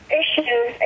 issues